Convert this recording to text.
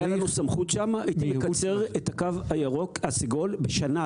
אם הייתה לנו סמכות שם הייתי מקצר את הקו הסגול בשנה,